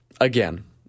again